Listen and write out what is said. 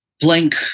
blank